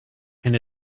and